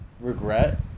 regret